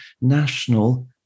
national